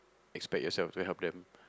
expect yourself to help them